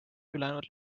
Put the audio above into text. ülejäänud